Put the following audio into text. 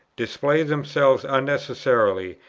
display themselves unnecessarily,